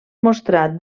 mostrar